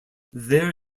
there